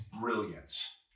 brilliance